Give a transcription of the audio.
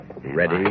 Ready